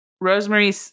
Rosemary